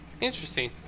interesting